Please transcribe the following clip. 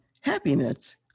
happiness